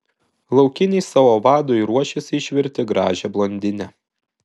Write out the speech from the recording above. laukiniai savo vadui ruošiasi išvirti gražią blondinę